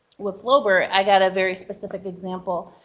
with loeber i got a very specific example.